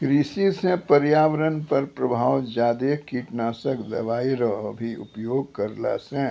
कृषि से पर्यावरण पर प्रभाव ज्यादा कीटनाशक दवाई रो भी उपयोग करला से